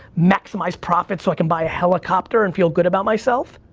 maximize profits, so i can buy a helicopter and feel good about myself,